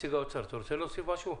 נציג האוצר, אתה רוצה להוסיף משהו?